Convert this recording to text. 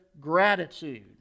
gratitude